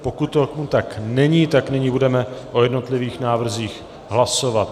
Pokud tomu tam není, tak nyní budeme o jednotlivých návrzích hlasovat.